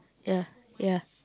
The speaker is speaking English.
ya ya